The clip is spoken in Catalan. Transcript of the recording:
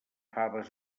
faves